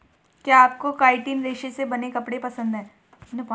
क्या आपको काइटिन रेशे से बने कपड़े पसंद है